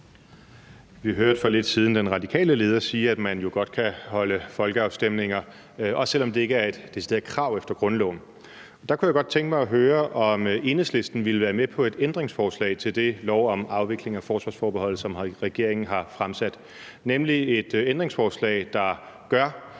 Vi hørte for lidt siden den radikale leder sige, at man jo godt kan holde folkeafstemninger, også selv om det ikke er et decideret krav efter grundloven. Der kunne jeg godt tænke mig at høre, om Enhedslisten ville være med på et ændringsforslag til det lovforslag om afvikling af forsvarsforbeholdet, som regeringen har fremsat – nemlig et ændringsforslag, der gør,